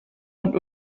und